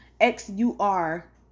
X-U-R